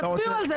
תצביעו על זה.